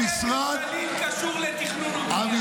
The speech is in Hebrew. קשור לתכנון ובנייה?